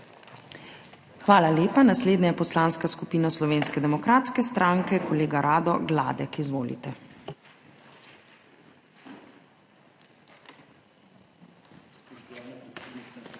Hvala lepa. Naslednja je Poslanska skupina Slovenske demokratske stranke, kolega Rado Gladek. Izvolite.